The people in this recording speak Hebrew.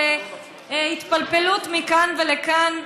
והתפלפלות מכאן ולכאן,